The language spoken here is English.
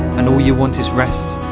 and all you want is rest,